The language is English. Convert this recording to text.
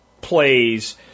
plays